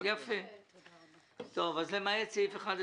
את סעיף 11